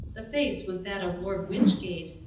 the face was that of lord wynchgate,